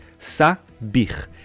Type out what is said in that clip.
sabich